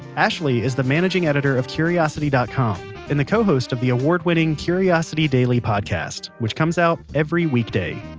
ashley is the managing editor of curiosity dot com and the co-host of the award-winning curiosity daily podcast, which comes out every weekday.